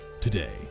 today